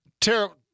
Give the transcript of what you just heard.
terrible